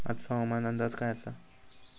आजचो हवामान अंदाज काय आसा?